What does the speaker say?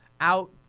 out